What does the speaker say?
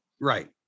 Right